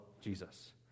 Jesus